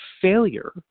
failure